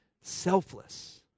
selfless